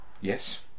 yes